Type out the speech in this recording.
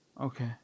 okay